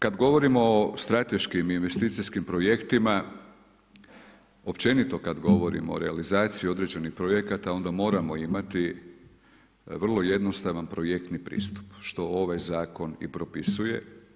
Kad govorimo o strateškim investicijskim projektima općenito kad govorim o realizaciji određenih projekata onda moramo imati vrlo jednostavan projektni pristup što ovaj zakon i propisuje.